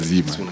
Zima